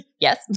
Yes